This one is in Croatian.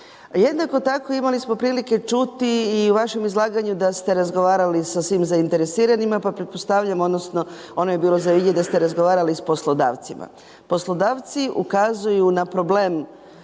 Jednako tako imali smo prilike čuti i u vašem izlaganju da ste razgovarali sa svim zainteresiranima pa pretpostavljam, odnosno, ono je bilo …/Govornik se ne razumije./… da ste razgovarali s poslodavcima. Poslodavci ukazuju na problem